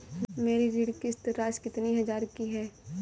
मेरी ऋण किश्त राशि कितनी हजार की है?